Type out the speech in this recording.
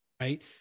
right